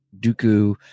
dooku